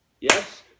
Yes